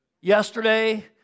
yesterday